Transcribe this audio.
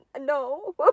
no